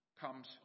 comes